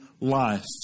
life